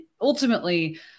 ultimately